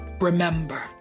remember